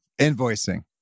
Invoicing